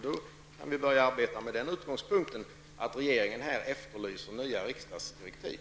Då kan vi börja arbeta med den utgångspunkten att regeringen här efterlyser nya riksdagsdirektiv.